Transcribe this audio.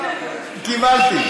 קיבלתי.